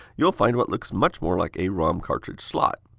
you'll find what looks much more like a rom cartridge slot.